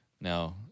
now